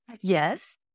Yes